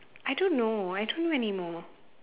I don't know I don't know anymore